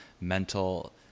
mental